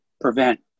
prevent